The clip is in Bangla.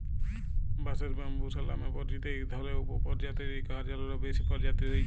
বাঁশের ব্যম্বুসা লামে পরিচিত ইক ধরলের উপপরজাতির ইক হাজারলেরও বেশি পরজাতি রঁয়েছে